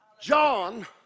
John